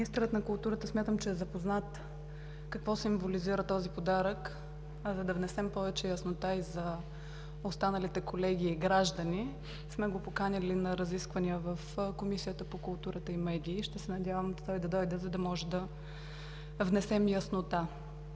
Министърът на културата смятам, че е запознат какво символизира този подарък – за да внесем повече яснота и за останалите колеги и граждани, сме го поканили на разисквания в Комисията по културата и медиите. Ще се надявам той да дойде, за да можем да внесем яснота.